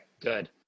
Good